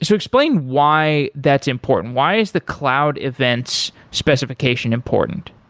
so explain why that's important. why is the cloud event specification important?